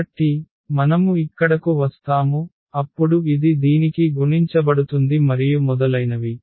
కాబట్టి మనము ఇక్కడకు వస్తాము అప్పుడు ఇది దీనికి గుణించబడుతుంది మరియు మొదలైనవి